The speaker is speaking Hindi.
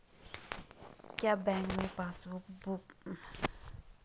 क्या बैंक में पासबुक बुक एंट्री मशीन पर एंट्री करने में कोई कर्मचारी मदद कर सकते हैं?